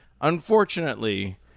unfortunately